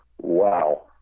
Wow